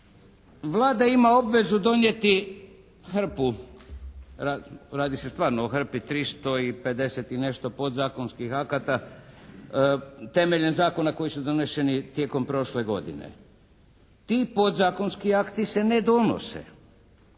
Vlada ima obvezu donijeti hrpu, radi se stvarno o hrpi, 350 i nešto podzakonskih akata temeljem zakona koji su doneseni tijekom prošle godine. Ti podzakonski akti se ne donose.